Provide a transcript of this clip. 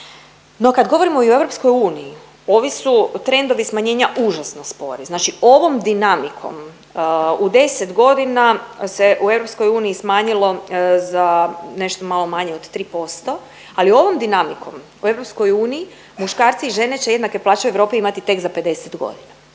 No kad govorimo i o EU ovi su trendovi smanjenja užasno spori, znači ovom dinamikom u 10 godina se u EU smanjilo za nešto malo manje od 3%, ali ovom dinamikom u EU muškarci i žene će jednake plaće u Europi imati tek za 50 godina